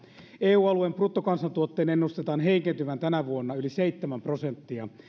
eu alueen bruttokansantuotteen ennustetaan heikentyvän tänä vuonna yli seitsemän prosenttia